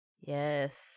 Yes